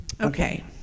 Okay